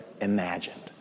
imagined